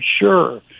sure